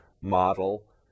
model